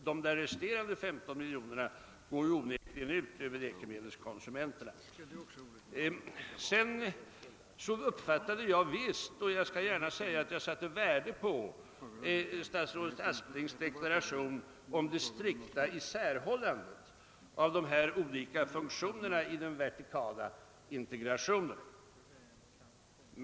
De resterande 15 miljonerna går onekligen ut över läkemedelskonsumenterna. Jag uppfattade visst och jag skall gärna säga att jag satte värde på statsrådet Asplings deklaration om det strikta isärhållandet av de olika funktionerna i den vertikala integrationen.